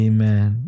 Amen